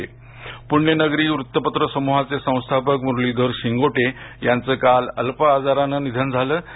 निधन शिंगोटे पुण्यनगरी वृत्तपत्र समुहाचे संस्थापक मुरलीधर शिंगोटे यांचं काल अल्प आजारानं निधन झालम